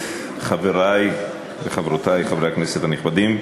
חברי וחברותי חברי הכנסת הנכבדים,